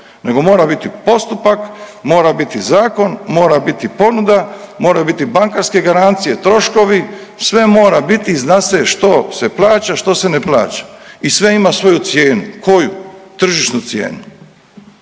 nego mora biti postupak, mora biti zakon, mora biti ponuda, moraju biti bankarske garancije, troškovi. Sve mora biti zna se što se plaća, što se ne plaća i sve ima svoju cijenu. Koju? Tržišnu cijenu,